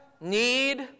need